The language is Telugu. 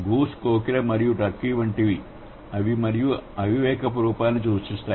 గూస్ కోకిల మరియు టర్కీ వంటివి మరియు అవి అవివేకపు రూపాన్ని సూచిస్తాయి